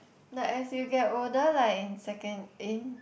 no as you get older like in secon~ in